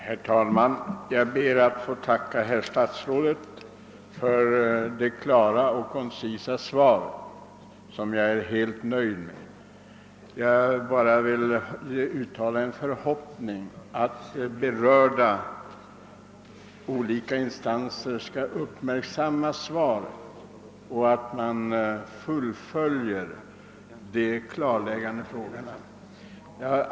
Herr talman! Jag ber att få tacka herr statsrådet för det klara och koncisa svaret som jag är helt nöjd med. Jag vill bara uttala en förhoppning om att de berörda instanserna skall uppmärksamma svaret och att åtgärder vidtas.